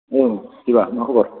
औ शिबा मा खबर